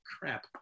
Crap